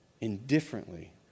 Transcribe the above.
Indifferently